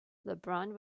lebrun